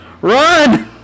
Run